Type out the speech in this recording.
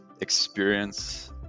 experience